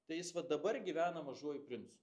tai jis va dabar gyvena mažuoju princu